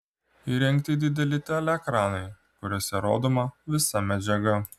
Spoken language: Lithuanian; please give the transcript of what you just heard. įrengti dideli teleekranai kuriuose rodoma visa medžiaga